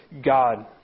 God